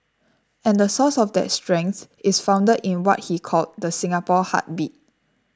and the source of that strength is founded in what he called the Singapore heartbeat